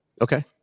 okay